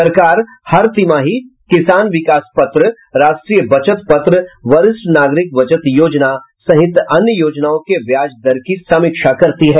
सरकार हर तिमाही किसान विकास पत्र राष्ट्रीय बचत पत्र वरिष्ठ नागरिक बचत योजना सहित अन्य योजनाओं के ब्याज दर की समीक्षा करती है